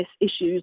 issues